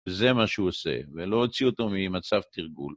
וזה מה שהוא עושה, ולא הוציא אותו ממצב תרגול.